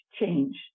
change